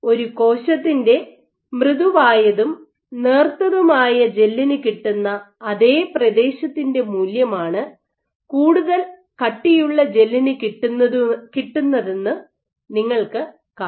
ഒരു കോശത്തിൻറെ മൃദുവായതും നേർത്തതുമായ ജെല്ലിന് കിട്ടുന്ന അതേ പ്രദേശത്തിന്റെ മൂല്യമാണ് കൂടുതൽ കട്ടിയുള്ള ജെല്ലിനുകിട്ടുന്നതെന്ന് നിങ്ങൾക്ക് കാണാം